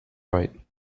right